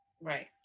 right